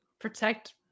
protect